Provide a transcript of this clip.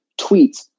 tweets